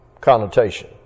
connotation